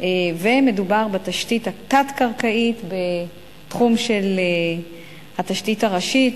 ומדובר בתשתית התת-קרקעית בתחום של התשתית הראשית,